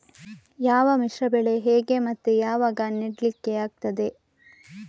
ಯಾವ ಮಿಶ್ರ ಬೆಳೆ ಹೇಗೆ ಮತ್ತೆ ಯಾವಾಗ ನೆಡ್ಲಿಕ್ಕೆ ಆಗ್ತದೆ?